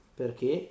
perché